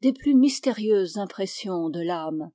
des plus mystérieuses impressions de l'ame